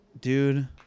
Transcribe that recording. Dude